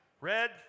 Red